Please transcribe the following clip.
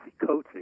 coaching